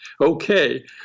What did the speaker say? Okay